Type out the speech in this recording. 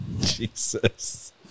Jesus